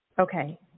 Okay